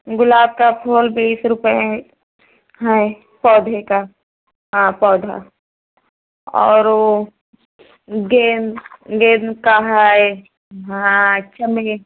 गुलाब का फूल बीस रुपये है है पौधे का हाँ पौधा और वह गेंद गेंद का है हाँ चमे